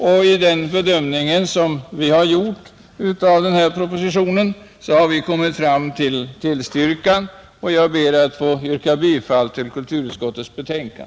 Vid den bedömning som vi gjort av denna proposition har vi kommit fram till ett tillstyrkande. Jag ber att få yrka bifall till kulturutskottets hemställan.